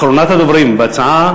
אחרונת הדוברים בנושא.